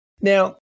Now